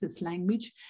language